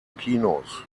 kinos